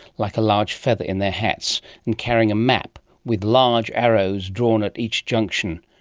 like a large feather in their hats and carrying a map with large arrows drawn at each junction.